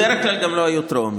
בדרך כלל גם לא היו טרומיות.